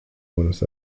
buenos